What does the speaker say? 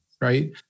right